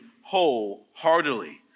wholeheartedly